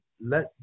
let